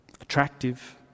attractive